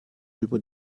über